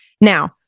Now